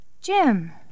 Jim